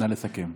נא לסכם.